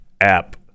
app